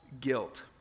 guilt